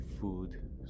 food